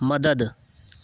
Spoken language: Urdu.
مدد